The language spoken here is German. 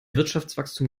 wirtschaftswachstum